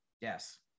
Yes